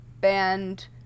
band